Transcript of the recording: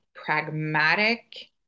Pragmatic